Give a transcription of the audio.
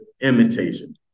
imitation